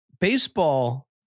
Baseball